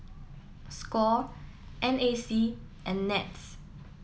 Score N A C and NETS